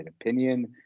opinion